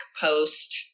post-